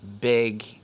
big